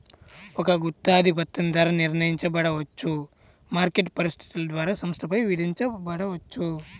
ఒక గుత్తాధిపత్యం ధర నిర్ణయించబడవచ్చు, మార్కెట్ పరిస్థితుల ద్వారా సంస్థపై విధించబడవచ్చు